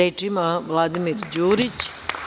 Reč ima Vladimir Đurić.